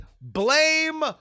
blame